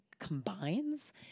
combines